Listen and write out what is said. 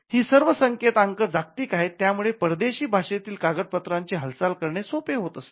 ही सर्व संकेतांक जागतिक आहेत त्यामुळे परदेशी भाषेतील कागद पत्रांची हालचाल करणे सोपे होत असते